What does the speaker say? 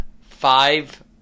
five